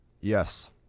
Yes